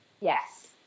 Yes